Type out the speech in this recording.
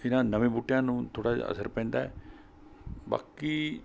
ਇਨ੍ਹਾਂ ਨਵੇਂ ਬੂਟਿਆਂ ਨੂੰ ਥੋੜ੍ਹਾ ਜਿਹਾ ਅਸਰ ਪੈਂਦਾ ਬਾਕੀ